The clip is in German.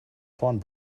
vorn